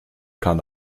kann